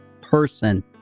person